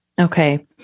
Okay